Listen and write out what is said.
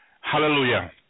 Hallelujah